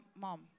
mom